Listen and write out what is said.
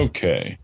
Okay